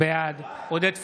בעד עודד פורר,